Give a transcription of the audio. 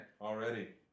already